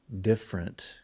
different